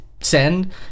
send